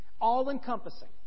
all-encompassing